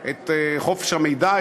את חופש המידע,